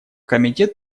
комитет